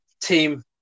team